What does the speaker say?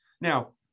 Now